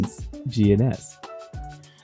GNS